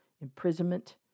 imprisonment